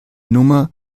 nummer